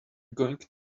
going